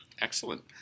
Excellent